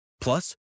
Plus